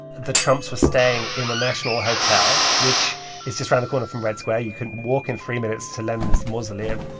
the trumps were staying in the national hotel, which is just around the corner from red square. you can walk in three minutes to lenin's mausoleum.